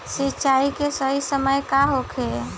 सिंचाई के सही समय का होखे?